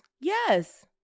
yes